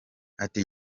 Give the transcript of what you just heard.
ati